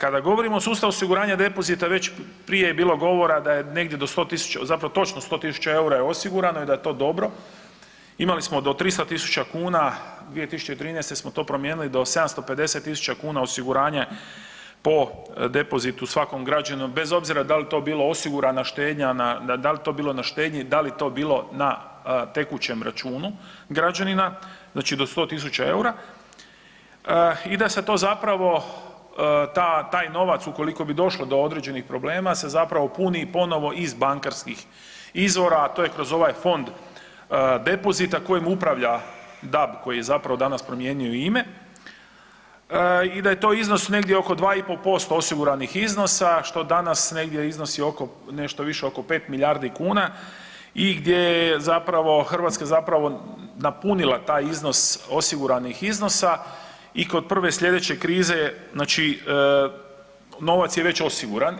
Kada govorimo o sustavu osiguranja depozita već prije je bilo govora da je negdje do 100.000, zapravo 100.000 EUR-a je osigurano i da je to dobro, imali smo do 300.000 kuna, 2013. smo to promijenili do 750.000 kuna osiguranje po depozitu svakom građanin u, bez obzira da li to bila osigurana štednja dal to bilo na štednji, dal to bilo na tekućem računu građanina, znači do 100.000 eura i da se to zapravo taj novac ukoliko bi došlo do određenih problema se puni ponovo iz bankarskih izvora, a to je kroz ovaj fond depozita kojim upravlja DAB koji je zapravo danas promijenio i ime i da je to iznos negdje oko 2,5% osiguranih iznosa što danas negdje iznosi oko, nešto više oko pet milijardi kuna i gdje Hrvatska napunila taj iznos osiguranih iznosa i kod prve sljedeće krize novac je već osiguran.